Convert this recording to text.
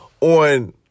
on